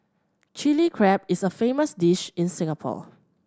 Chilli Crab is a famous dish in Singapore